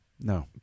no